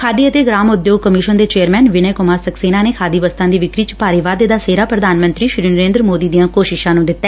ਖਾਦੀ ਅਤੇ ਗਰਾਮ ਉਦਯੋਗ ਕਮਿਸ਼ਨ ਦੇ ਚੇਅਰਮੈਨ ਵਿਨੈ ਕੁਮਾਰ ਸਕਸੇਨਾ ਨੇ ਖਾਦੀ ਵਸਤਾਂ ਦੀ ਵਿਕਰੀ ਚ ਭਾਰੀ ਵਾਧੇ ਦਾ ਸਿਹਰਾ ਪ੍ਰਧਾਨ ਮੰਤਰੀ ਨਰੇਦਰ ਮੋਦੀ ਦੀਆਂ ਕੋਸ਼ਿਸਾਂ ਨੂੰ ਦਿੱਤਾ